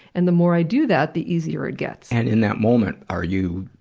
and the more i do that, the easier it gets. and in that moment, are you